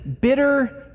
bitter